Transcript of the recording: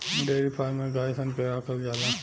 dairy farm में गाय सन के राखल जाला